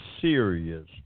serious